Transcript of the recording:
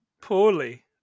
poorly